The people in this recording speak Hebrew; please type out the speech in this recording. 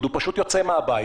הוא יכול לצאת לעשן,